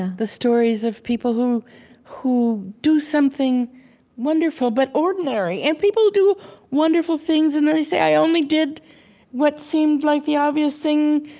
the stories of people who who do something wonderful, but ordinary. and people do wonderful things and then they say, i only did what seemed like the obvious thing.